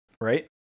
right